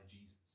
Jesus